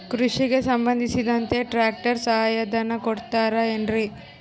ಕೃಷಿಗೆ ಸಂಬಂಧಿಸಿದಂತೆ ಟ್ರ್ಯಾಕ್ಟರ್ ಸಹಾಯಧನ ಕೊಡುತ್ತಾರೆ ಏನ್ರಿ?